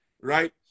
right